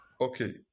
Okay